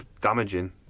damaging